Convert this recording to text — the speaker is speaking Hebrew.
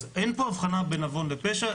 אז אין פה הבחנה בין עוון לפשע.